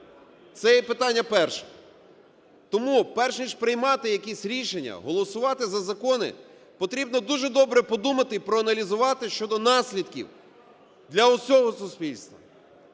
Це є питання перше. Тому перш ніж приймати якісь рішення, голосувати за закони, потрібно дуже добре подумати і проаналізувати щодо наслідків для усього суспільства.